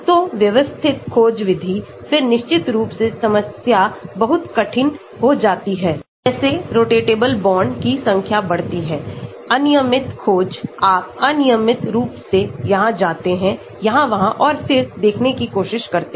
तो व्यवस्थित खोज विधि फिर निश्चित रूप से समस्या बहुत कठिन हो जाती है जैसे रोटेटेबल बॉन्ड की संख्या बढ़ती है अनियमित खोज आप अनियमित रूप से यहां जाते हैं यहां वहां और फिर देखने की कोशिश करते हैं